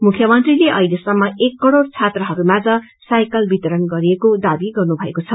मुख्यमंत्रीले अहिलेसम्म एक करोड़ छात्रीहरूमाझ साइकल वितरण गरिएको दावी गर्नुभएको छ